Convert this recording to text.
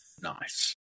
Nice